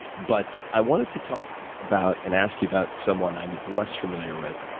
but i wanted to talk about and ask you about someone i'm less familiar with.